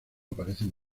aparecen